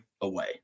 away